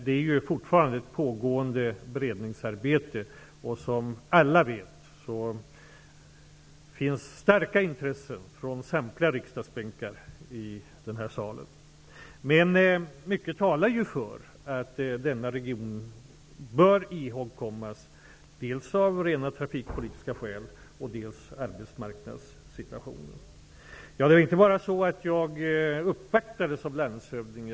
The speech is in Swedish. Det är dock ett beredningsarbete som fortfarande pågår. Som alla vet finns starka intressen i samtliga riksdagsbänkar i denna sal. Mycket talar för att denna region bör ihågkommas, dels av rena trafikpolitiska skäl, dels på grund av arbetsmarknadssituationen. Jag inte bara uppvaktades av landshövdingen.